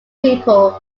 people